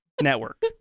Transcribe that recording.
Network